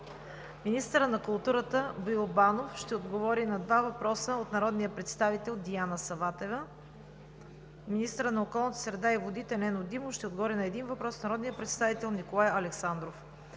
Министърът на културата Боил Банов ще отговори на два въпроса от народния представител Диана Саватева. 6. Министърът на околната среда и водите Нено Димов ще отговори на един въпрос от народния представител Николай Александров.